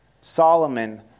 Solomon